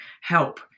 help